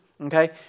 okay